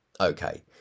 Okay